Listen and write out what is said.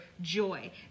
joy